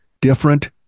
different